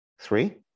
Three